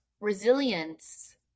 Resilience